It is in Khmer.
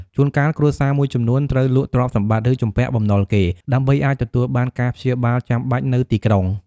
ជួនកាល គ្រួសារមួយចំនួនត្រូវលក់ទ្រព្យសម្បត្តិ ឬជំពាក់បំណុលគេ ដើម្បីអាចទទួលបានការព្យាបាលចាំបាច់នៅទីក្រុង។